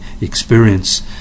experience